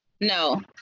No